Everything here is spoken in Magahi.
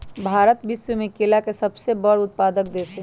भारत विश्व में केला के सबसे बड़ उत्पादक देश हई